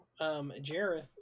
jareth